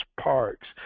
parks